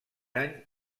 any